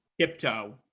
Tiptoe